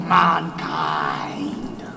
mankind